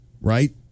right